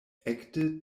ekde